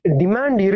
demand